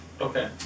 Okay